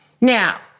Now